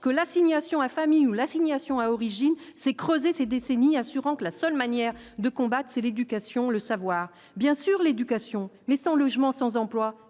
que l'assignation à famille ou l'assignation à origine s'est creusé ces décennies, assurant que la seule manière de combattre, c'est l'éducation, le savoir bien sur l'éducation, mais sans logement, sans emploi,